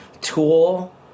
Tool